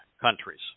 countries